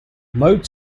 mode